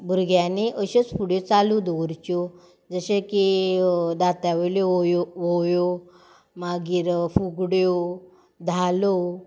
भुरग्यांनी अश्योच फुडें चालू दवरच्यो जशें की दांत्यावेल्यो होवयो मागीर फुगड्यो धालो